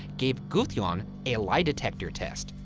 gave gudjon a lie-detector test.